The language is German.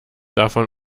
davon